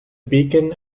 beacon